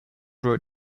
wrote